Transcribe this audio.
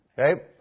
Okay